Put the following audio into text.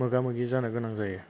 मोगा मोगि जानो गोनां जायो